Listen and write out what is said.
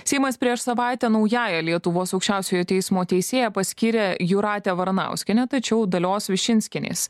seimas prieš savaitę naująja lietuvos aukščiausiojo teismo teisėja paskyrė jūratę varanauskienę tačiau dalios višinskienės